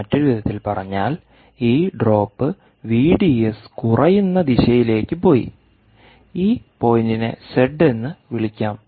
മറ്റൊരു വിധത്തിൽ പറഞ്ഞാൽ ഈ ഡ്രോപ്പ് വിഡിഎസ് കുറയുന്ന ദിശയിലേക്ക് പോയി ഈ പോയിന്റിനെ സെഡ് z എന്ന് വിളിക്കാം